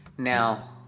Now